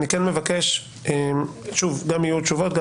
ועניין אותי לדעת אם מישהו שיפה את